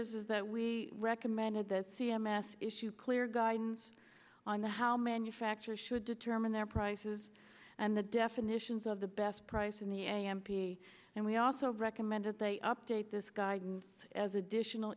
first is that we recommended that c m s issue clear guidance on the how manufacturers should determine their prices and the definitions of the best price in the a m p and we also recommended they update this guidance as additional